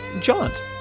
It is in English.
jaunt